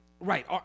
right